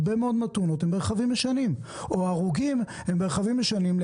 הרבה מאוד מהתאונות הם ברכבים הישנים או ההרוגים הם ברכבים ישנים,